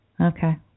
Okay